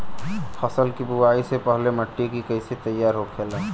फसल की बुवाई से पहले मिट्टी की कैसे तैयार होखेला?